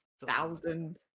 thousand